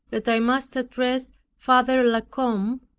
that i must address father la combe,